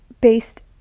based